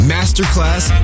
Masterclass